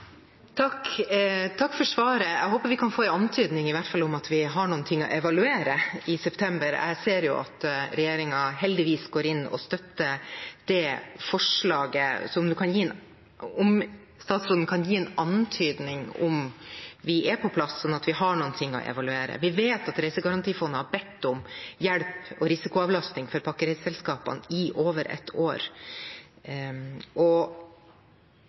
Takk for svaret – jeg håper vi i hvert fall kan få en antydning om at vi har noe å evaluere i september. Jeg ser jo at regjeringen heldigvis går inn og støtter det forslaget. Så kan statsråden gi en antydning om vi er på plass da, slik at vi har noe å evaluere? Vi vet at Reisegarantifondet har bedt om hjelp og risikoavlastning for pakkereiseselskapene i over ett år, og